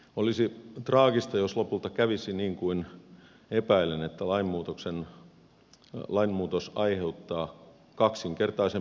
olisi traagista jos lopulta kävisi niin kuin epäilen että lainmuutos aiheuttaa kaksinkertaisen pettymyksen homopareille